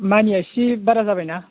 मानिया इसे बारा जाबायना